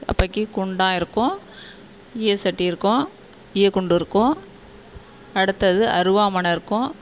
அப்பைக்கி குண்டான் இருக்கும் ஈயச்சட்டி இருக்கும் ஈய குண்டு இருக்கும் அடுத்தது அருவாமணை இருக்கும்